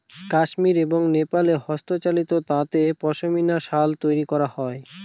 কাশ্মির এবং নেপালে হস্তচালিত তাঁতে পশমিনা শাল তৈরী করা হয়